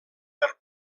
per